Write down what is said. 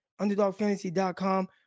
Underdogfantasy.com